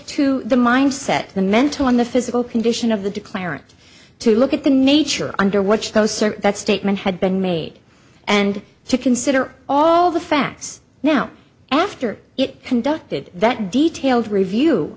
to the mindset the mental on the physical condition of the declarant to look at the nature under watch though sir that statement had been made and to consider all the facts now after it conducted that detailed review